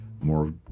more